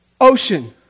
ocean